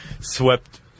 swept